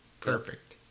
Perfect